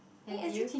n_t_u